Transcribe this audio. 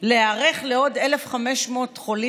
בעד חמד עמאר,